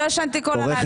לא ישנתי כל הלילה.